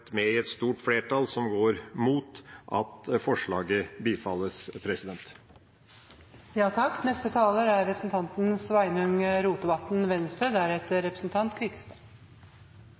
med i et stort flertall som går imot at forslaget bifalles.